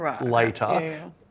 later